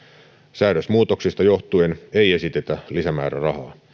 säädösmuutoksista johtuen ei esitetä lisämäärärahaa